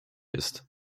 ist